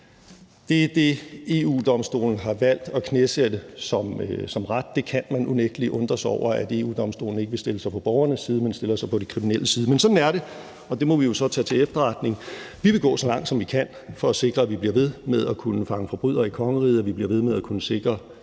Det er det, EU-Domstolen har valgt at knæsætte som ret. Og der kan man unægtelig undre sig over, at EU-Domstolen ikke vil stille sig på borgernes side, men stiller sig på de kriminelles side. Men sådan er det, og det må vi jo så tage til efterretning. Vi vil gå så langt, som vi kan, for at sikre, at vi bliver ved med at kunne fange forbrydere i kongeriget, og at vi bliver ved med at kunne sikre